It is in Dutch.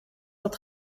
dat